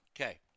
Okay